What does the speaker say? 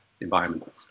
environment